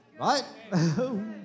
Right